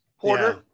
Porter